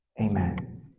amen